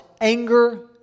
anger